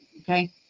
okay